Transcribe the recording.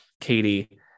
Katie